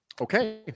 Okay